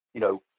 you know,